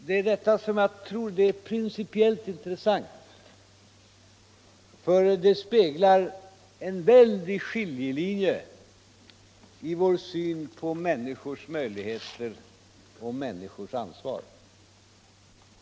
Det är detta som är principiellt intressant, för det speglar en avgörande skiljelinje i vår syn på människors möjligheter och ansvar.